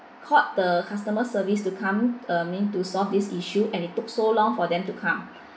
called the customer service to come uh I mean to solve this issue and it took so long for them to come